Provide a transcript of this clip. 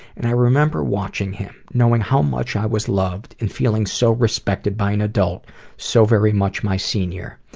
and i remember watching him, knowing how much i was loved and feeling so respected by an adult so very much my senior.